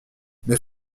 mais